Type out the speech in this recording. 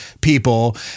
people